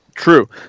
true